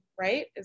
right